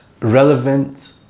relevant